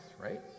right